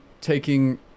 taking